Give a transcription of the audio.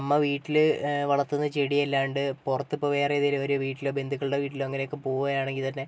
അമ്മ വീട്ടിൽ വളത്തുന്ന ചെടിയല്ലാണ്ട് പുറത്തിപ്പോൾ വേറെ ഏതേലും ഓരോ വീട്ടിലോ ബന്ധുക്കളുടെ വീട്ടിലോ അങ്ങനൊക്കെ പോകുവാണെങ്കിൽത്തന്നെ